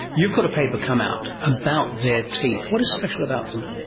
you've got a paper come out about their teeth. what is special about them?